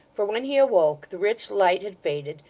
for when he awoke, the rich light had faded,